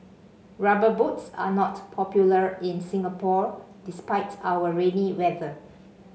rubber boots are not popular in Singapore despite our rainy weather